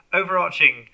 overarching